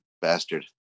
Bastard